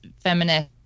feminist